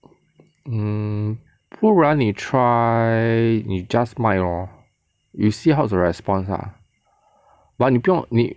mm 不然你 try 你 just 卖 lor you see how is the response lah but 你不用你